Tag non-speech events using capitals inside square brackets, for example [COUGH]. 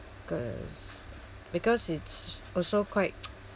cause because it's also quite [NOISE]